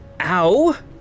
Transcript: Ow